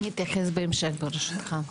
אני אתייחס בהמשך, ברשותך.